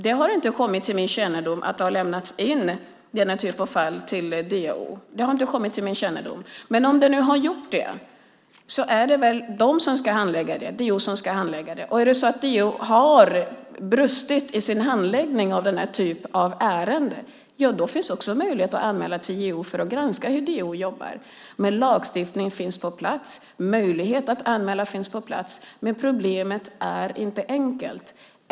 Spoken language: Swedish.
Det har inte kommit till min kännedom att denna typ av fall har lämnats in till DO. Men om det nu har gjort det är det DO som ska handlägga detta. Om DO har brustit i sin handläggning av denna typ av ärenden då finns det också en möjlighet att anmäla detta till JO som får granska hur DO jobbar. Men lagstiftning finns på plats, och det finns möjlighet att anmäla. Men problemet är inte enkelt.